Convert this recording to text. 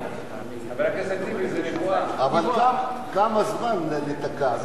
אבל כמה זמן להיתקע,